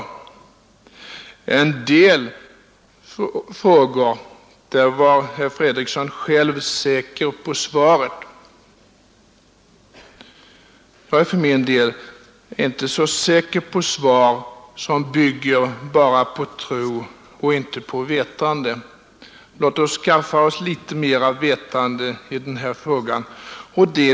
I en hel del frågor var herr Fredriksson själv säker på svaret. Jag är för min del inte så säker på svar som bygger bara på tro och inte på vetande. Låt oss skaffa oss litet mer vetande i denna fråga.